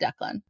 Declan